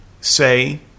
say